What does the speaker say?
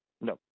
No